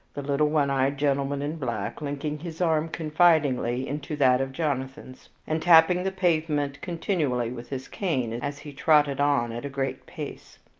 the little one-eyed gentleman in black linking his arm confidingly into that of jonathan's, and tapping the pavement continually with his cane as he trotted on at a great pace.